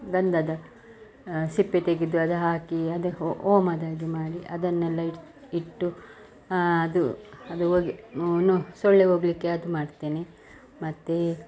ಗಂಧದ ಸಿಪ್ಪೆ ತೆಗೆದು ಅದು ಹಾಕಿ ಅದು ಹೋಮದ ಹಾಗೆ ಮಾಡಿ ಅದನ್ನೆಲ್ಲ ಇಟ್ಟು ಇಟ್ಟು ಅದು ಅದು ಹೊಗೆ ನೊ ಸೊಳ್ಳೆ ಹೋಗ್ಲಿಕ್ಕೆ ಅದು ಮಾಡ್ತೇನೆ ಮತ್ತು